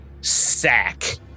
sack